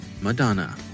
Madonna